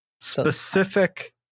Specific